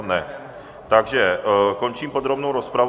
Ne, takže končím podrobnou rozpravu.